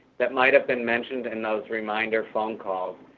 that might have been mentioned in those reminder phone calls,